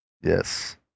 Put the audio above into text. Yes